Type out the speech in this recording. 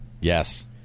yes